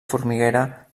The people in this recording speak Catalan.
formiguera